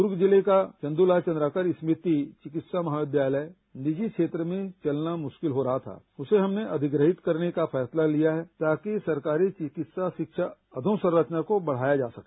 दूर्ग जिले का चंद्रलाल चन्द्राकर स्मृति चिकित्सा महाविद्यालय निजी क्षेत्र में चलना मुश्किल हो रहा था उसे हमने अधिग्रहित करने का फैसला लिया ताकि सरकारी चिकित्सा शिक्षा अधोसंरचना को बढ़ाया जा सके